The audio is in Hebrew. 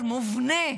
מובנה